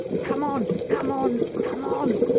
come on! come on! come on!